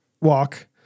walk